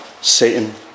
Satan